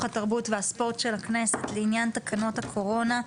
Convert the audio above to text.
התרבות והספורט של הכנסת לעניין תקנות הקורונה,